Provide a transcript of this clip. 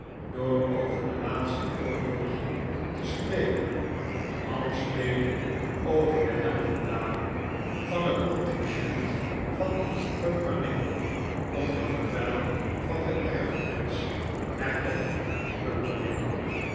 door over de laatste oorlogen te spreken alsmede over de heldendaden van het contingent van pumpernickel onder bevel van den erfprins hertog van